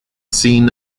seen